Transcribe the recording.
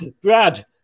Brad